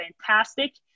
fantastic